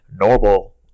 normal